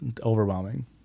overwhelming